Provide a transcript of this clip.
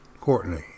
Courtney